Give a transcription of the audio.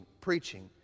preaching